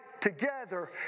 together